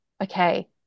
okay